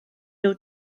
nhw